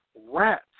rat